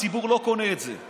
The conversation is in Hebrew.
הציבור לא קונה את זה.